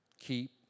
Keep